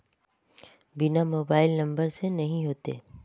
बिना mobile number से नहीं होते?